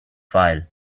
file